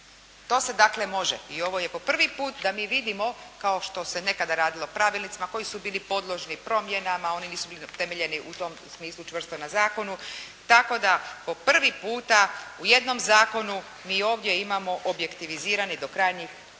To se dakle može i ovo je po prvi put da mi vidimo, kao što se nekad radilo pravilnicima koji su bili podložni promjenama, oni nisu bili utemeljeni u tom smislu čvrsto na zakonu, tako da po prvi puta u jednom zakonu mi ovdje imamo objektivizirani do krajnjih